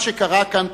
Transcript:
מה שקרה כאן,